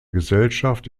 gesellschaft